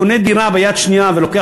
אין אף אחד שקונה דירה יד שנייה ולוקח